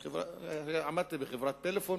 עמדתי בחברת "פלאפון",